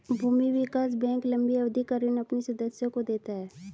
भूमि विकास बैंक लम्बी अवधि का ऋण अपने सदस्यों को देता है